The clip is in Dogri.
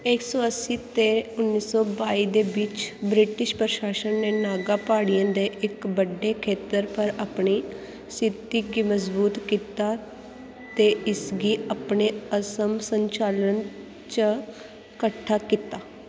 इक सौ अस्सी ते उन्नी सौ बाई दे बिच्च ब्रिटिश प्रशासन ने नागा प्हाड़ियें दे इक बड्डे खेतर पर अपनी स्थिति गी मजबूत कीता ते इसगी अपने असम संचालन च कट्ठा कीता